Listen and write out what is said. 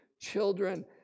children